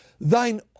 Thine